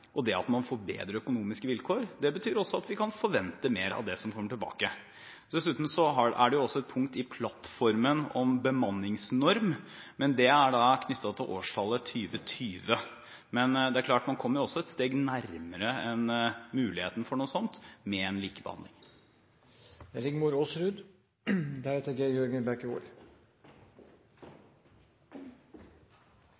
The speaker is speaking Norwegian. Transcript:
skole. Det at man får bedre økonomiske vilkår, betyr også at man kan forvente mer av det som kommer tilbake. Dessuten er det et punkt i plattformen om bemanningsnorm, men det er knyttet til årstallet 2020. Det er likevel klart at man kommer ett steg nærmere den muligheten med